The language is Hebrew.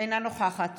אינה נוכחת